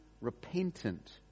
repentant